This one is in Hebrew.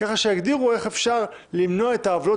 ככה שיגדירו איך אפשר למנוע את העוולות